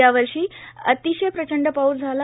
यावर्षी अतिशय प्रचंड पाऊस झाला